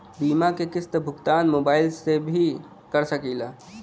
बीमा के किस्त क भुगतान मोबाइल से भी कर सकी ला?